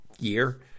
year